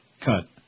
Cut